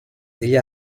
degli